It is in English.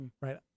Right